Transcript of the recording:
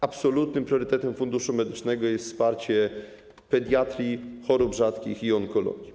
Absolutnym priorytetem Funduszu Medycznego jest wsparcie pediatrii, chorób rzadkich i onkologii.